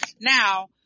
Now